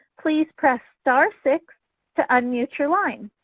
please press star six to unmute your line.